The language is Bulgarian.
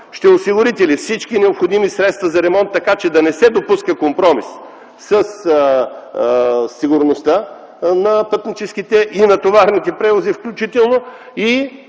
ще осигурите ли всички необходими средства за ремонт, така че да не се допуска компромис със сигурността на пътническите и на товарните превози, включително и